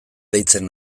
deitzen